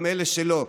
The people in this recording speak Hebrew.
גם אלו שלא,